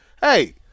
hey